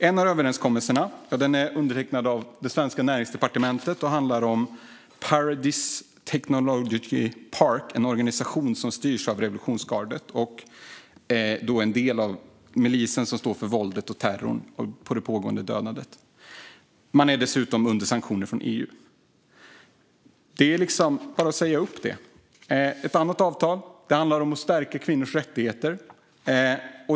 En av överenskommelserna är undertecknad av det svenska Näringsdepartementet och handlar om Pardis Technology Park, en organisation som styrs av revolutionsgardet och är en del av den milis som står för våldet, terrorn och det pågående dödandet. Man omfattas dessutom av sanktioner från EU:s sida. Det är bara att säga upp det avtalet. Ett annat avtal handlar om att stärka kvinnors rättigheter.